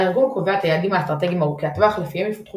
הארגון קובע את היעדים האסטרטגיים ארוכי הטווח לפיהם יפותחו